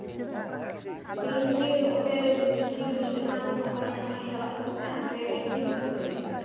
ᱟᱪ ᱪᱷᱟ ᱛᱮᱦᱮᱧ ᱠᱤ ᱚᱸᱰᱮ ᱢᱤᱪᱷᱤᱞ ᱮᱢᱟᱱ ᱱᱚᱝᱠᱟᱱᱟᱜ ᱡᱟᱦᱟᱸᱱᱟᱜ ᱪᱟᱞᱟᱜ ᱠᱟᱱ ᱛᱟᱦᱮᱸᱱᱟ ᱥᱮ ᱮᱢᱱᱤ ᱜᱮᱠᱚ ᱞᱟᱹᱲᱦᱟᱹᱭ ᱠᱟᱱᱟ